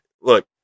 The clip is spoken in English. look